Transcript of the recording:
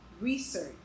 research